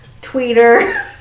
tweeter